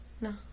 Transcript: No